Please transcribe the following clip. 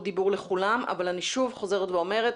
דיבור לכולם אבל אני שוב חוזרת ואומרת,